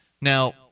Now